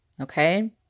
Okay